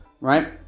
Right